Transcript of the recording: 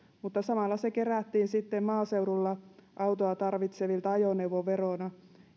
mutta samalla se kerättiin sitten maaseudulla autoa tarvitsevilta ajoneuvoveroina